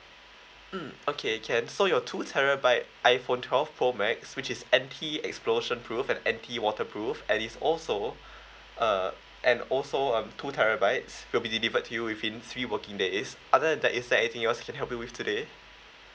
mm okay can so your two terabyte iphone twelve pro max which is anti explosion proof and anti waterproof and is also uh and also um two terabytes will be delivered to you within three working days other than that is there anything else we can help you with today